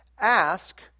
ask